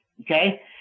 Okay